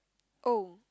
oh